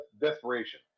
desperation